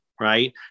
right